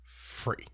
free